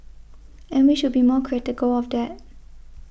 and we should be more critical of that